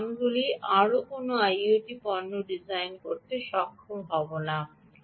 এই স্থানগুলিতে কোনও আইওটি পণ্য ডিজাইন করতে সক্ষম হব না